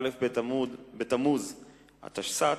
א' בתמוז התשס"ט,